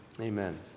Amen